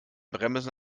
bremsen